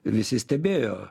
visi stebėjo